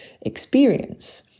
experience